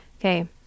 okay